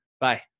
Bye